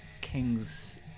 King's